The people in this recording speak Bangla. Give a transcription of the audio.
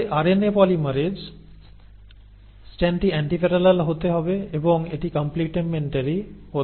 তবে আরএনএ পলিমেরেজ স্ট্র্যান্ডটি অ্যান্টিপ্যারালাল হতে হবে এবং এটি কম্প্লিমেন্টারি হতে হবে